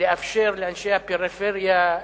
לאפשר לאנשי הפריפריה,